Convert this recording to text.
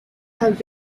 have